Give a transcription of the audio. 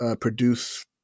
produce